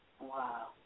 Wow